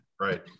Right